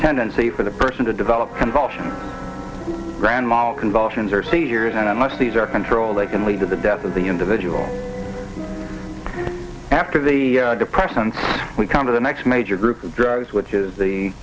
tendency for the person to develop convulsions random all convulsions or seizures and unless these are controlled they can lead to the death of the individual after the depression and we come to the next major group of drugs which is the